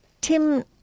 Tim